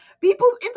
people's